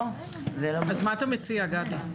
מה אתה מציע, גדי?